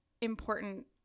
important